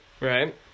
Right